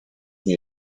nie